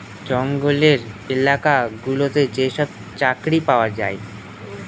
জঙ্গলের এলাকা গুলোতে যেসব চাকরি পাওয়া যায়